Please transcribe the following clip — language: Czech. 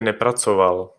nepracoval